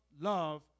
love